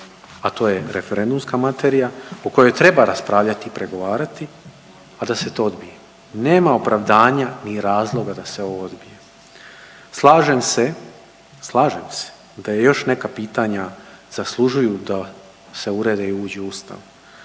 a to je referendumska materija o kojoj treba raspravljati i pregovarati a da se to odbije. Nema opravdanja ni razloga da se ovo odbije. Slažem se, slažem se da još neka pitanja zaslužuju da se urede i uđu u Ustav,